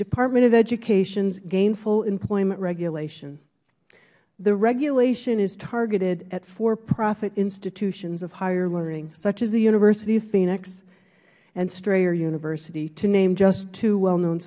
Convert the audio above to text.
department of education's gainful employment regulation the regulation is targeted at for profit institutions of higher learning such as the university of phoenix and strayer university to name just two well known